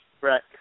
Right